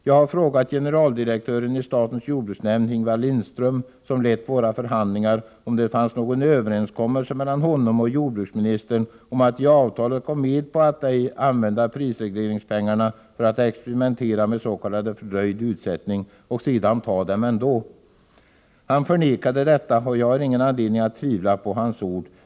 Jag har frågat generaldirektören i statens jordbruksnämnd, Ingvar Lindström, som lett våra förhandlingar, om det fanns någon överenskommelse mellan honom och jordbruksministern om att i avtalet först gå med på att ej använda prisregleringspengarna för att experimentera med s.k. fördröjd utsättning och sedan ta pengarna ändå. Han förnekade detta, och jag har ingen anledning att tvivla på hans ord.